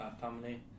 family